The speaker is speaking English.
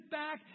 back